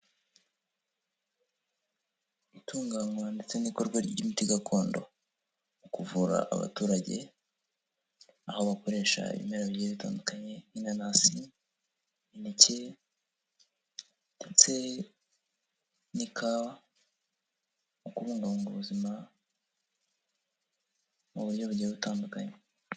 Itunganywa ndetse n'ikorwa ry'imiti gakondo, mu kuvura abaturage, aho bakoresha ibimera bigiye bitandukanye, nk'inanasi, imineke ndetse n'ikawa, mu kubungabunga ubuzima mu buryo bugiye butandukanye.